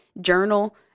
journal